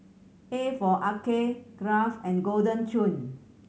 A for Arcade Kraft and Golden Churn